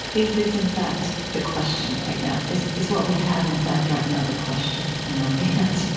is this, in fact, the question right now? is is what we have, in fact, right now the question and not the